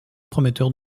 prometteur